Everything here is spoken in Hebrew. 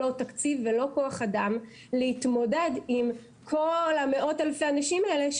לא תקציב ולא כוח אדם להתמודד עם כל מאות אלפי האנשים האלה,